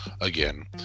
again